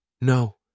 No